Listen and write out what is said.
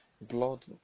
Blood